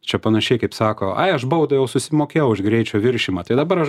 čia panašiai kaip sako ai aš baudą jau susimokėjau už greičio viršijimą tai dabar aš